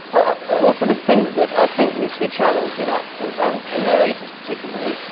also, this thing that i think needs to be challenged in actors, and in their agents particularly.